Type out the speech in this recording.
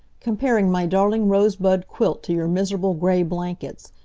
comparing my darling rosebud quilt to your miserable gray blankets!